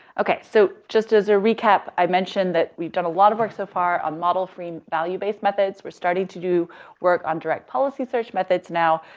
okay. so just as a recap, i mentioned that we've done a lot of work so far, on model-free value-based methods. we're starting to do work on direct policy search methods now.